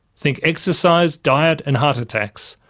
think exercise, diet and heart attacks,